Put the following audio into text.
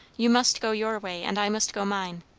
you must go your way, and i must go mine.